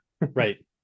Right